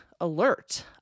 alert